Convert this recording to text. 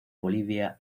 bolivia